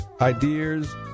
ideas